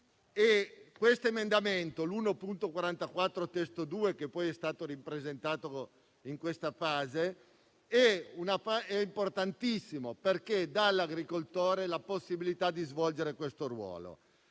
L'emendamento 1.44 (testo 2), che è stato ripresentato in questa fase, è importantissimo perché dà all'agricoltore la possibilità di svolgere questo ruolo.